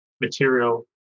material